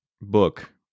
book